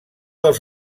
els